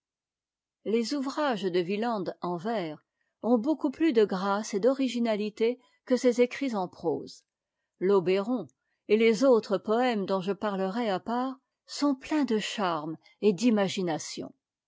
les ouvrages de wieland en vers ont beaucoup plus de grâce et d'originalité que ses écrits en prose t'obéron et les autres poëmes dont je parlerai à part sont pleins de charme et d'imagination